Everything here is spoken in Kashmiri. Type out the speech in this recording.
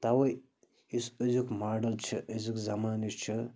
تَوَے یُس أزیُک ماڈل چھِ أزیُک زمانہٕ چھُ